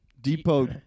Depot